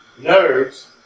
nerves